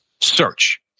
search